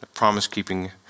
promise-keeping